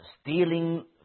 stealing